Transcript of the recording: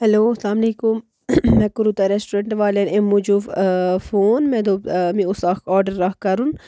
hello السلام علیکُم مےٚ کوٚرُو تۄہہِ رٮ۪سٹورٮ۪نٛٹ والٮ۪ن اَمۍ موٗجوٗب فون مےٚ دوٚپ مےٚ اوس اکھ آرڈَر اَکھ کَرُن